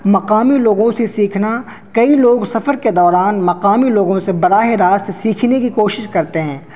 مقامی لوگوں سے سیکھنا کئی لوگ سفر کے دوران مقامی لوگوں سے براہ راست سیکھنے کی کوشش کرتے ہیں